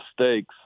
mistakes